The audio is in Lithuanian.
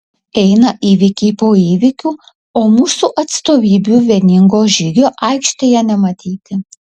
eina įvykiai po įvykių o mūsų atstovybių vieningo žygio aikštėje nematyti